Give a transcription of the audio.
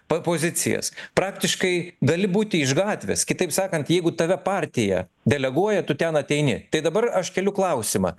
p pozicijas praktiškai gali būti iš gatvės kitaip sakant jeigu tave partija deleguoja tu ten ateini tai dabar aš keliu klausimą